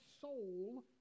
soul